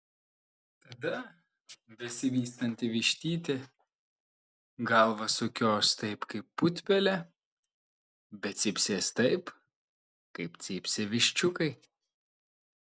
tada besivystanti vištytė galvą sukios taip kaip putpelė bet cypsės taip kaip cypsi viščiukai